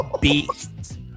beats